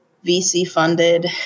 VC-funded